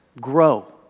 grow